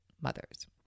mothers